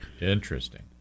Interesting